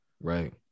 Right